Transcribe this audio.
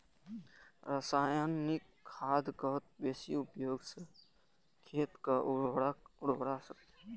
रासायनिक खादक बेसी उपयोग सं खेतक उर्वरा शक्तिक क्षरण होइ छै